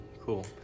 cool